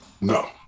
No